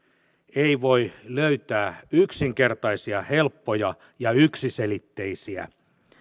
ei voi löytää yksinkertaisia helppoja ja yksiselitteisiä